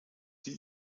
die